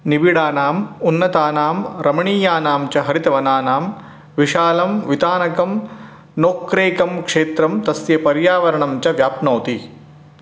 निबिडानाम् उन्नतानां रमणीयानां च हरितवनानां विशालं वितानकं नोक्रेकं क्षेत्रं तस्य पर्यावरणं च व्याप्नोति